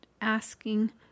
asking